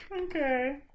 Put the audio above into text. Okay